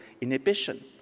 inhibition